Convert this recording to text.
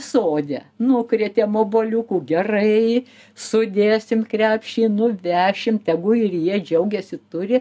sode nukrėtėm oboliukų gerai sudėsim krepšį nuvešim tegu ir jie džiaugiasi turi